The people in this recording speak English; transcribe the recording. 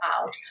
out